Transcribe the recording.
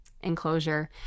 enclosure